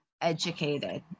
educated